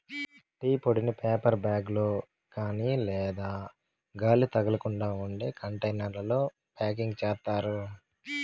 tea పొడిని paper bag లో కాని లేదా గాలి తగలకుండా ఉండే కంటైనర్లలో ప్యాకింగ్ చేత్తారు